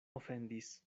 ofendis